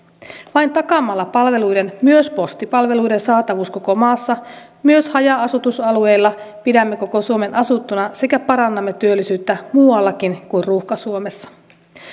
vain takaamalla palveluiden myös postipalveluiden saatavuuden koko maassa myös haja asutusalueilla pidämme koko suomen asuttuna sekä parannamme työllisyyttä muuallakin kuin ruuhka suomessa